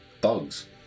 bugs